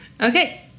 Okay